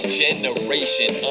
generation